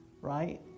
right